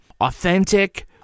authentic